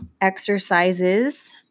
exercises